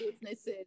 businesses